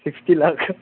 sixty lakh